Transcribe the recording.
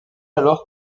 alors